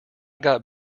got